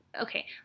okay